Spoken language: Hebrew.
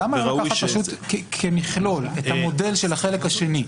למה לא לקחת פשוט כמכלול את המודל של החלק השני,